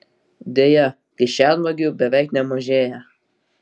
deja kišenvagių beveik nemažėja